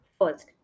First